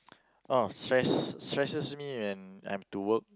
oh stress stresses me when I'm to work